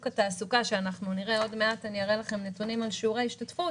התעסוקה ועוד מעט אראה לכם נתונים על שיעור ההשתתפות